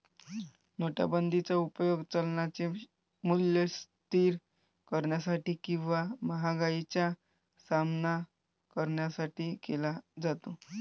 नोटाबंदीचा उपयोग चलनाचे मूल्य स्थिर करण्यासाठी किंवा महागाईचा सामना करण्यासाठी केला जातो